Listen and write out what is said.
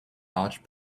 large